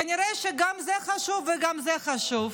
כנראה גם זה חשוב וגם זה חשוב.